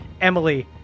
Emily